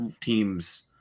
teams